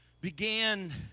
began